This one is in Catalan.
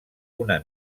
una